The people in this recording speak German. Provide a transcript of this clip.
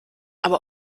aber